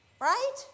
Right